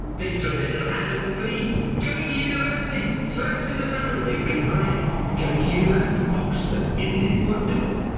they throw their little hands up with glee going to university, first in the family, they ring gran going to university, oxford, isn't it wonderful?